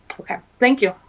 okay thank you.